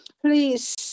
please